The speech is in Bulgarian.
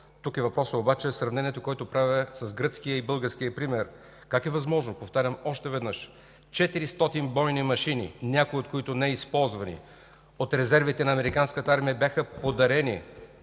Тук въпросът обаче е сравнението, което правя с гръцкия и българския пример. Как е възможно, повтарям още веднъж, 400 бойни машини, някои от които неизползвани, от резервите на американската армия бяха подарени